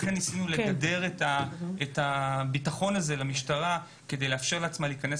לכן ניסינו לגדר את הביטחון הזה למשטרה כדי לאפשר לעצמה להיכנס